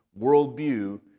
worldview